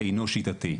אינו שיטתי.